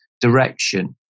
direction